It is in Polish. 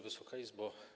Wysoka Izbo!